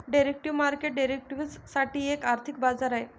derivative market derivatives साठी एक आर्थिक बाजार आहे